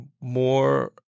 more